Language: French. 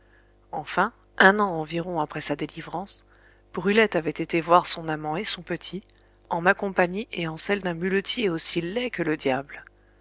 enfin un an environ après sa délivrance brulette avait été voir son amant et son petit en ma compagnie et en celle d'un muletier aussi laid que le diable